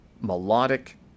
melodic